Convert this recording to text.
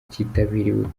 cyitabiriwe